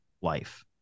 life